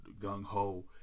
gung-ho